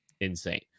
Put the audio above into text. insane